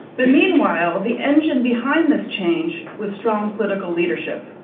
but, meanwhile, the engine behind this change was strong political leadership.